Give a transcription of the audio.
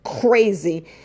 crazy